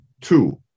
two